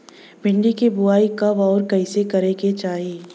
भिंडी क बुआई कब अउर कइसे करे के चाही?